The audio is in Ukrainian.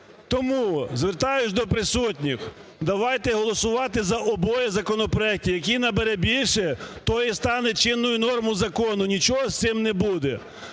Тому звертаюсь до присутніх, давайте голосувати за обидва законопроекти, який набере більше той і стане чинною нормою закону, нічого з цим не буде.